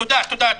תודה, אדוני.